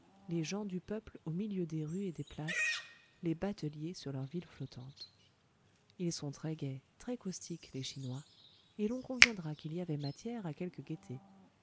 les gens du peuple au milieu des rues et des places les bateliers sur leurs villes flottantes ils sont très gais très caustiques les chinois et l'on conviendra qu'il y avait matière à quelque